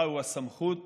הוא הסמכות